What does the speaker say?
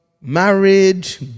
marriage